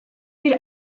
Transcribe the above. bir